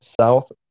south